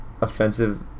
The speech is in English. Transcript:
offensive